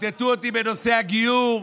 ציטטו אותי בנושא הגיור,